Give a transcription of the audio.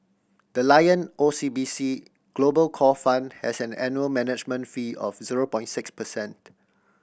the Lion O C B C Global Core Fund has an annual management fee of zero point six percent